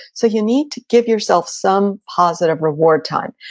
so you need to give yourself some positive reward time.